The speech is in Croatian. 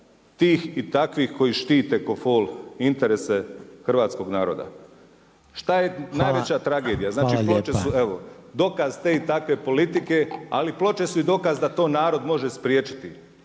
tih i takvih koji štite ko fol, interese hrvatskog naroda. …/Upadica Rainer: Hvala, hvala lijepa./…Što je najveća tragedija? Znači Ploče su evo dokaz te i takve politike, ali i Ploče su i dokaz da to narod može spriječiti.